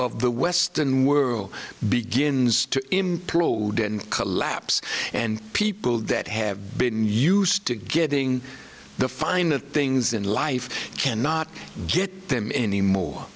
of the western world begins to implode and collapse and people that have been used to getting the finer things in life cannot get them anymore